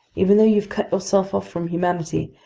even though you've cut yourself off from humanity,